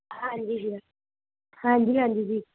ਹਾਂਜੀ ਜੀ ਹਾਂਜੀ ਹਾਂਜੀ ਜੀ